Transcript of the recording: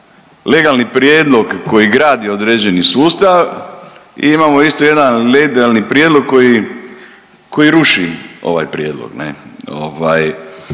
legalni prijedlog koji gradi određeni sustav i imamo isto jedan legalni prijedlog koji ruši ovaj prijedlog